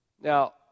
Now